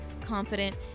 confident